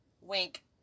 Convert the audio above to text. Wink